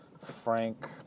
Frank